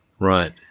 Right